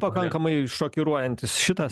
pakankamai šokiruojantis šitas